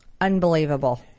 Unbelievable